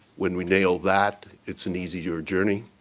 when we nail that it's an easier journey.